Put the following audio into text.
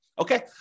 okay